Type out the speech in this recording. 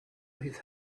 his